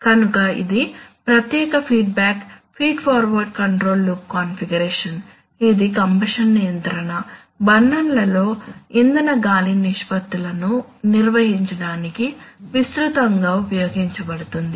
కనుక ఇది ప్రత్యేక feedback feed forward control loop configuration ఇది కంబషన్ నియంత్రణ బర్నర్లలో ఇంధన గాలి నిష్పత్తులను నిర్వహించడానికి విస్తృతంగా ఉపయోగించబడుతుంది